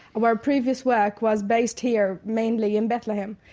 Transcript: where previous work was based here, mainly in bethlehem.